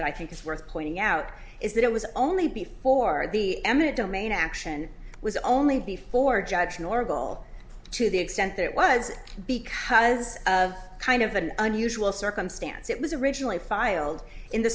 that i think it's worth pointing out is that it was only before the eminent domain action was only before judge normal to the extent that it was because of kind of an unusual circumstance it was originally filed in the